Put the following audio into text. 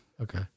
Okay